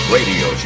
Radio